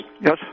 Yes